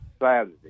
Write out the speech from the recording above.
Saturday